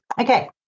Okay